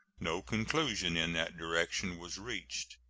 no conclusion in that direction was reached.